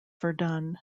verdun